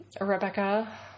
Rebecca